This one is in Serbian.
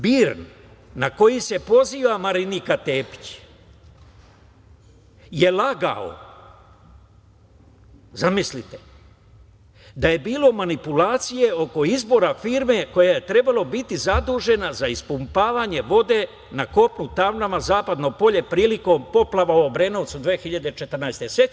Dakle, BIRN, na koji se poziva Marinika Tepić, je lagao, zamislite, da je bilo manipulacije oko izbora firme koja je trebalo biti zadužena za ispumpavanje vode na kopu Tamnava-Zapadno polje prilikom poplava u Obrenovcu 2014. godine.